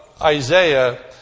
Isaiah